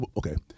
okay